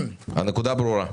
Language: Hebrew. הנקודה ברורה.